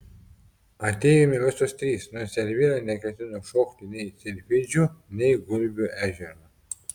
atėjome visos trys nors elvyra neketino šokti nei silfidžių nei gulbių ežero